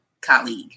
colleague